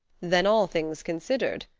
then, all things considered,